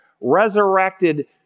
resurrected